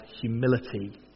humility